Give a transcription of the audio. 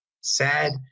sad